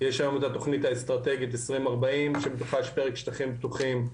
יש היום את התכנית האסטרטגית 2040 שבתוכה יש פרק שטחים פתוחים,